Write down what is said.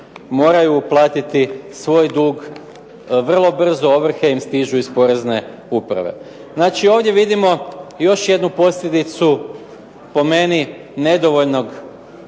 moraju uplatiti svoj dug vrlo brzo, ovrhe im stižu iz porezne uprave. Znači ovdje vidimo još jednu posljedicu po meni nedovoljne